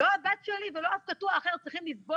לא הבת לי ולא אף קטוע אחר צריכים לסבול